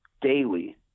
daily